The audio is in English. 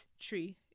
tree